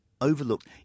overlooked